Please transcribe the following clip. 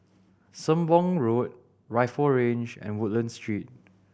Sembong Road Rifle Range and Woodlands Street